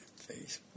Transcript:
Facebook